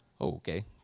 Okay